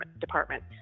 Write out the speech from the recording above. department